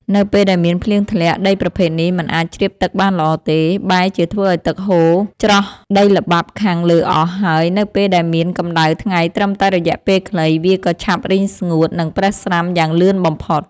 នៅពេលដែលមានភ្លៀងធ្លាក់ ដីប្រភេទនេះមិនអាចជ្រាបទឹកបានល្អទេ បែរជាធ្វើឱ្យទឹកហូរច្រោះដីល្បាប់ខាងលើអស់ ហើយនៅពេលដែលមានកម្ដៅថ្ងៃត្រឹមតែរយៈពេលខ្លី វាក៏ឆាប់រីងស្ងួត និងប្រេះស្រាំយ៉ាងលឿនបំផុត។